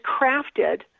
crafted